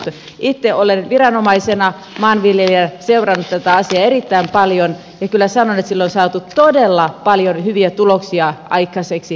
itse olen viranomaisena maanviljelijänä seurannut tätä asiaa erittäin paljon ja kyllä sanon että sillä on saatu todella paljon hyviä tuloksia aikaiseksi